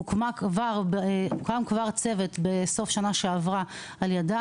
הוקם כבר צוות בסוף השנה שעברה על ידה